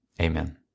Amen